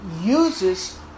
uses